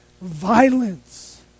violence